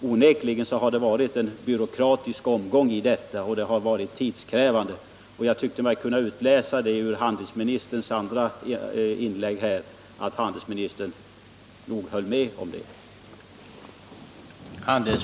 Onekligen har det varit en byråkratisk omgång som har varit tidskrävande. Jag tycker mig också ur handelsministerns andra inlägg kunna utläsa att handelsministern nog håller med mig om det.